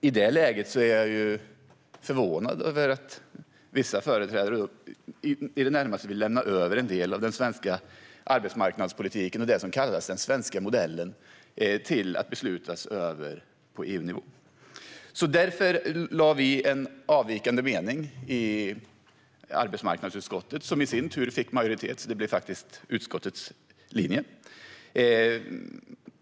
I det läget är jag förvånad över att vissa företrädare i det närmaste vill lämna över en del av den svenska arbetsmarknadspolitiken och det som kallas den svenska modellen till beslutande på EU-nivå. Därför anmälde vi en avvikande mening i arbetsmarknadsutskottet som i sin tur fick majoritet och blev utskottets linje.